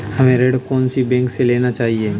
हमें ऋण कौन सी बैंक से लेना चाहिए?